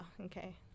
okay